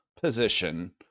position